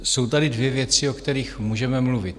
Jsou tady dvě věci, o kterých můžeme mluvit.